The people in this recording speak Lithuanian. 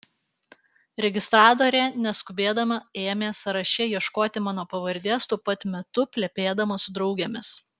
registratorė neskubėdama ėmė sąraše ieškoti mano pavardės tuo pat metu plepėdama su draugėmis